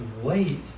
wait